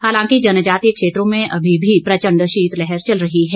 हालांकि जनजातीय क्षेत्रों में अभी भी प्रचण्ड शीत लहर चल रही है